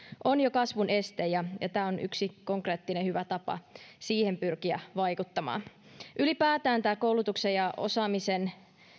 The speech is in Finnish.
on jo kasvun este tämä on yksi konkreettinen hyvä tapa pyrkiä vaikuttamaan siihen ylipäätään koulutuksen ja osaamisen